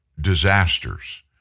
disasters